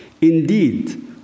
Indeed